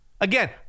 Again